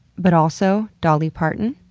but also dolly parton?